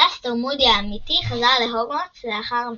אלאסטור מודי האמיתי חזר להוגוורטס לאחר מכן.